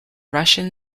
russian